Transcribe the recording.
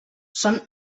són